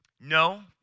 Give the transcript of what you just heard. no